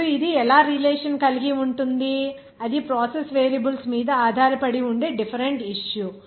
ఇప్పుడు ఇది ఎలా రిలేషన్ కలిగి ఉంటుంది అది ప్రాసెస్ వేరియబుల్స్ మీద ఆధారపడి ఉండే డిఫెరెంట్ ఇష్యు